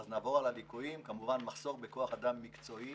הליקויים: מחסור בכוח אדם מקצועי,